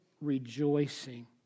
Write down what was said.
rejoicing